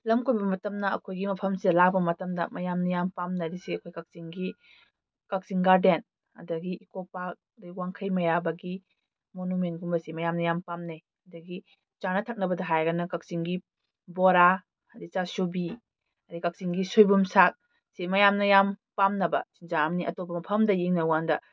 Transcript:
ꯂꯝ ꯀꯣꯏꯕ ꯃꯇꯝꯗ ꯑꯩꯈꯣꯏꯒꯤ ꯃꯐꯝꯁꯤꯗ ꯂꯥꯛꯄ ꯃꯇꯝꯗ ꯃꯌꯥꯝꯅ ꯌꯥꯝ ꯄꯥꯝꯅꯔꯤꯁꯦ ꯑꯩꯈꯣꯏ ꯀꯛꯆꯤꯡꯒꯤ ꯀꯛꯆꯤꯡ ꯒꯥꯔꯗꯦꯟ ꯑꯗꯒꯤ ꯏꯀꯣ ꯄꯥꯛ ꯑꯗꯩ ꯋꯥꯡꯈꯩ ꯃꯩꯔꯥꯕꯒꯤ ꯃꯣꯅꯨꯃꯦꯟꯒꯨꯝꯕꯁꯤ ꯃꯌꯥꯝꯅ ꯌꯥꯝ ꯄꯥꯝꯅꯩ ꯑꯗꯒꯤ ꯆꯥꯅ ꯊꯛꯅꯕꯗ ꯍꯥꯏꯔꯒꯅ ꯀꯛꯆꯤꯡꯒꯤ ꯕꯣꯔꯥ ꯑꯗꯩ ꯆꯥꯁꯨꯕꯤ ꯑꯗꯩ ꯀꯛꯆꯤꯡꯒꯤ ꯁꯣꯏꯕꯨꯝ ꯁꯥꯛ ꯁꯤ ꯃꯌꯥꯝꯅ ꯌꯥꯝ ꯄꯥꯝꯅꯕ ꯆꯤꯟꯖꯥꯛ ꯑꯃꯅꯤ ꯑꯇꯣꯞꯄ ꯃꯐꯝꯗ ꯌꯦꯡꯅꯔꯨꯀꯥꯟꯗ